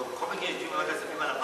לא, בכל מקרה, ועדת כספים על המים.